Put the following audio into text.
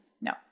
No